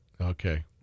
Okay